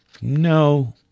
No